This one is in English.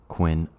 Quinn